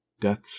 death's